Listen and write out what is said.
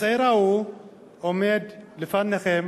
הצעיר ההוא עומד לפניכם